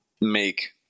make